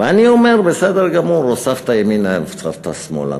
אני אומר: בסדר גמור, הוספת ימינה, הוספת שמאלה.